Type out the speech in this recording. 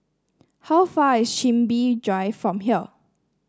how far is Chin Bee Drive from here